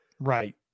Right